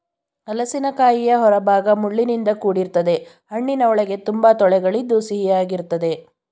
ಹಲಸಿನಕಾಯಿಯ ಹೊರಭಾಗ ಮುಳ್ಳಿನಿಂದ ಕೂಡಿರ್ತದೆ ಹಣ್ಣಿನ ಒಳಗೆ ತುಂಬಾ ತೊಳೆಗಳಿದ್ದು ಸಿಹಿಯಾಗಿರ್ತದೆ